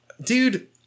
dude